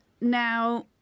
Now